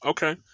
Okay